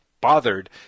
bothered